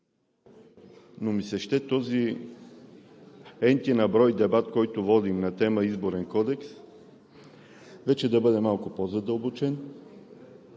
Но ми се ще този n-ти на брой дебат, който водим, на тема Изборен кодекс вече да бъде малко по-задълбочен,